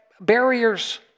barriers